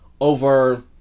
over